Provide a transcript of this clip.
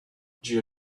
jill